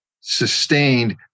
sustained